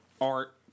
art